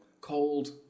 cold